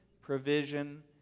provision